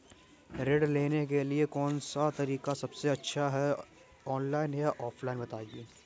ऋण लेने के लिए कौन सा तरीका सबसे अच्छा है ऑनलाइन या ऑफलाइन बताएँ?